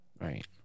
Right